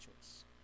choice